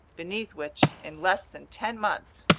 beneath which in less than ten months,